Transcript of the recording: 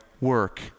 work